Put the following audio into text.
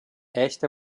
esta